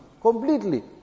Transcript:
Completely